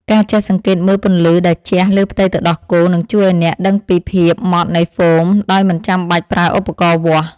ការចេះសង្កេតមើលពន្លឺដែលជះលើផ្ទៃទឹកដោះគោនឹងជួយឱ្យអ្នកដឹងពីភាពម៉ត់នៃហ្វូមដោយមិនចាំបាច់ប្រើឧបករណ៍វាស់។